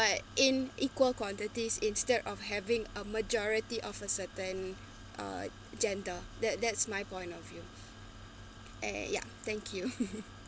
but in equal quantities instead of having a majority of a certain uh gender that that's my point of view and ya thank you